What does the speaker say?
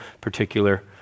particular